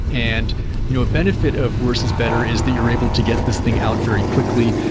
and you know a benefit of worse is better is that you're able to get this thing out very quickly.